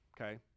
okay